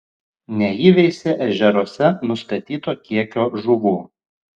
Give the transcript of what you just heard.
neįveisė ežeruose nustatyto kiekio žuvų